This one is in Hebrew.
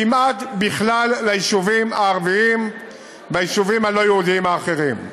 כמעט לכל היישובים הערביים והיישובים הלא-יהודיים האחרים.